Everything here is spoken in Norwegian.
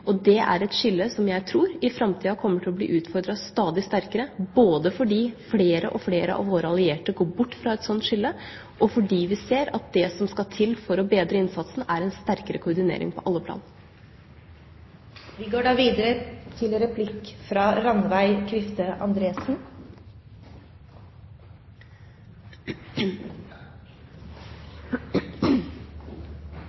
Det er et skille som jeg tror kommer til å bli utfordret stadig sterkere i framtida, både fordi flere og flere av våre allierte går bort fra et sånt skille, og fordi vi ser at det som skal til for å bedre innsatsen, er en sterkere koordinering på alle